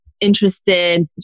interested